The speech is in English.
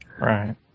Right